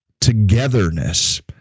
togetherness